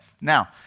now